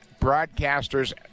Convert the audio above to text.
broadcasters